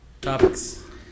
Topics